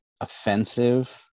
offensive